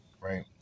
Right